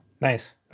Nice